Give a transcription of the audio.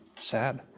Sad